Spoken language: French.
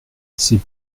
c’est